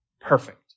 perfect